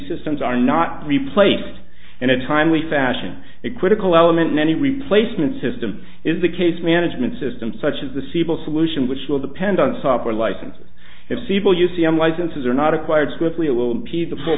systems are not replaced in a timely fashion that critical element in any replacements system is a case management system such as the siebel solution which will depend on software licenses if people use the m licenses or not acquired swiftly it will be the